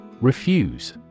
Refuse